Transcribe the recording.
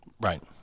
right